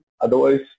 Otherwise